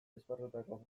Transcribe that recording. esparrutako